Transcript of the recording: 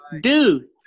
dude